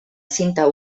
cinta